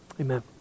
Amen